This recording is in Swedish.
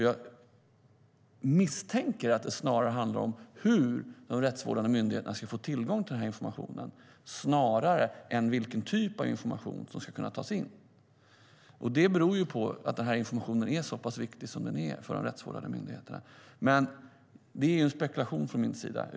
Jag misstänker att det snarare handlar om hur de rättsvårdande myndigheterna ska få tillgång till informationen än om vilken typ av information som ska kunna tas in. Det beror på att informationen är så pass viktig som den är för de rättsvårdande myndigheterna. Men det är en spekulation från min sida.